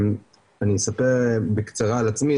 אני אספר בקצרה על עצמי.